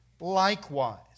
likewise